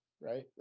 right